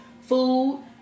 food